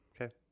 Okay